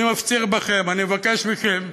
אני מפציר בכם, אני מבקש מכם,